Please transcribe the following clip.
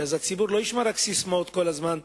ואז הציבור לא ישמע רק ססמאות כל הזמן,